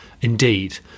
indeed